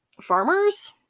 farmers